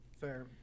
Fair